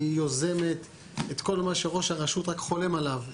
היא יוזמת את כל מה שראש הרשות רק חולם עליו.